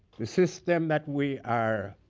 the system that we are